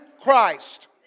Christ